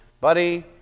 buddy